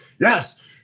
yes